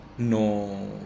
No